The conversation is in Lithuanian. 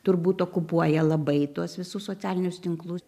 turbūt okupuoja labai tuos visus socialinius tinklus